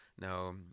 no